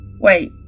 Wait